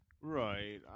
Right